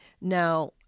Now